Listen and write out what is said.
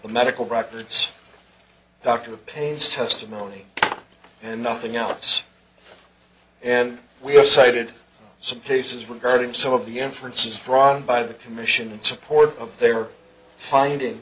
the medical records dr paves testimony and nothing else and we have cited some cases regarding some of the inference is drawn by the commission in support of they were finding